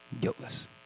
guiltless